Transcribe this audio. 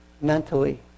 mentally